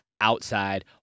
outside